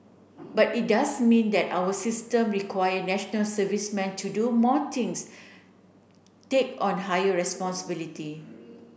but it does mean that our system require national servicemen to do more things take on higher responsibility